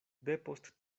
depost